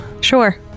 sure